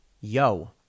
Yo